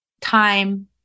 time